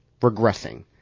regressing